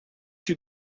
you